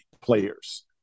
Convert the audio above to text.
players